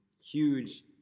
huge